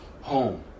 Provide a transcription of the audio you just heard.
home